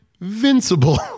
invincible